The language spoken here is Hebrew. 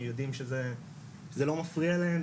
אנחנו יודעים שזה לא מפריע להם,